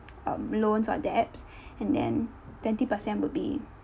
um loans or debts and then twenty percent would be